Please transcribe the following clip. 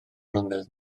mlynedd